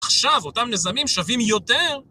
עכשיו אותם נזמים שווים יותר?